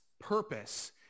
purpose